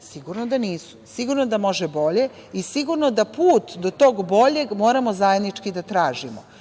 Sigurno da nisu. Sigurno da može bolje i sigurno da put do tog boljeg moramo zajednički da tražimo.